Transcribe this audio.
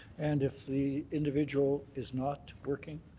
and if the individual is not working,